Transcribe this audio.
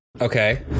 Okay